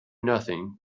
nothing